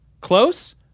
close